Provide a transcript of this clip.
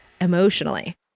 emotionally